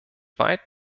weit